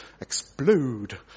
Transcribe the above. explode